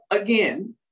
again